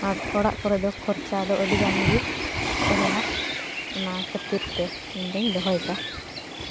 ᱟᱨ ᱚᱲᱟᱜ ᱠᱚᱨᱮᱫᱚ ᱠᱷᱚᱨᱪᱟᱫᱚ ᱟᱹᱰᱤᱜᱟᱱᱜᱮ ᱛᱮᱦᱮᱱᱟ ᱚᱱᱟ ᱠᱷᱟᱹᱛᱤᱨ ᱛᱮ ᱤᱧᱫᱚᱧ ᱫᱚᱦᱚᱭᱮᱫᱟ